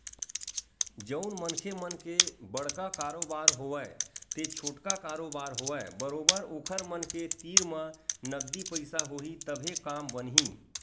जउन मनखे मन के बड़का कारोबार होवय ते छोटका कारोबार होवय बरोबर ओखर मन के तीर म नगदी पइसा होही तभे काम बनही